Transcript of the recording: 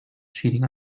cheating